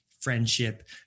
friendship